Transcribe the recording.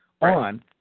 on